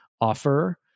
offer